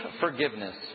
forgiveness